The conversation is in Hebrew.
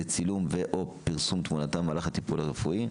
לצילום ו/או פרסום תמונתם במהלך הטיפול הרפואי.